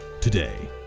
today